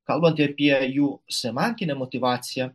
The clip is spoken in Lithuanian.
kalbant apie jų semantinę motyvaciją